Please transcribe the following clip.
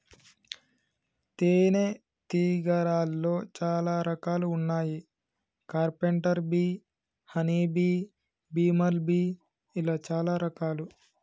తేనే తీగలాల్లో చాలా రకాలు వున్నాయి carpenter bee honey bee, bumble bee ఇలా చాలా రకాలు